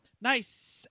nice